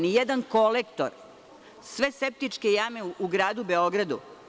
Ni jedan kolektor, sve septičke jame u gradu Beogradu.